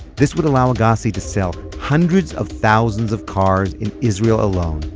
this would allow agassi to sell hundreds of thousands of cars in israel alone.